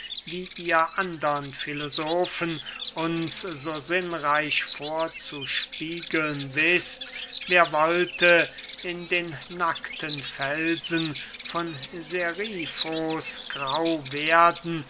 wie ihr andern filosofen uns so sinnreich vorzuspiegeln wißt wer wollte in den nackten felsen von serifos grau werden